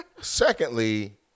Secondly